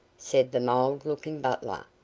said the mild-looking butler.